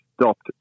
stopped